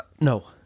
No